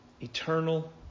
eternal